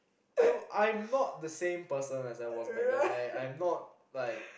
I w~ I'm not the same person as I was back then I I'm not like